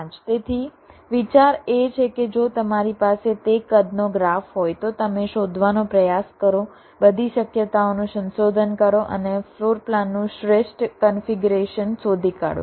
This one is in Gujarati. તેથી વિચાર એ છે કે જો તમારી પાસે તે કદનો ગ્રાફ હોય તો તમે શોધવાનો પ્રયાસ કરો બધી શક્યતાઓનું સંશોધન કરો અને ફ્લોર પ્લાનનું શ્રેષ્ઠ કન્ફિગરેશન શોધી કાઢો